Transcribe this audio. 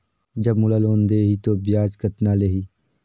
जब मोला लोन देही तो ब्याज कतना लेही?